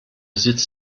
sitz